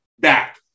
back